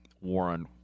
Warren